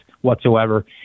whatsoever